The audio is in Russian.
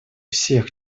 всех